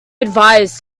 advise